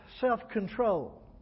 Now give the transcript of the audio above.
Self-Control